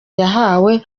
yahawe